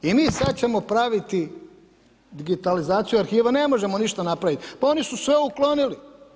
I mi sada ćemo praviti digitalizaciju arhiva, ne možemo ništa napraviti, pa oni su sve uklonili.